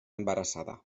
embarassada